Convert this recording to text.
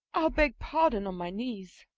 i'll beg pardon on my knees.